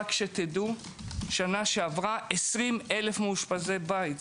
שנה שעברה 20,000 מאושפזי בית,